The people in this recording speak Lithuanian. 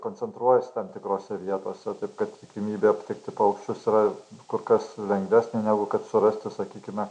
koncentruojasi tam tikrose vietose taip kad tikimybė aptikti paukščius yra kur kas lengvesnė negu kad surasti sakykime